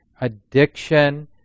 addiction